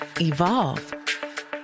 evolve